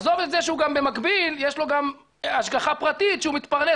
עזוב את זה שבמקביל יש לו גם השגחה פרטית שהוא מתפרנס